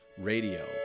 Radio